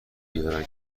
بیارن